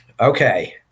Okay